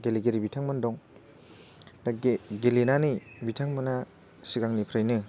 गेलेगिरि बिथांमोन दं दा गेलेनानै बिथांमोनहा सिगांनिफ्रायनो